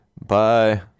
Bye